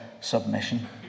submission